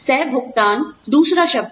सह भुगतान दूसरा शब्द है